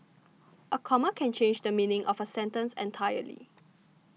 a comma can change the meaning of a sentence entirely